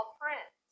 print